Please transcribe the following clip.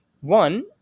one